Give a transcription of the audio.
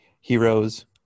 heroes